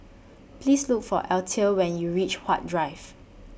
Please Look For Eathel when YOU REACH Huat Drive